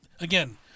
again